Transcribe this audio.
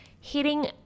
hitting